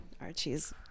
Archie's